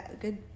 good